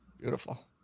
Beautiful